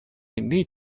need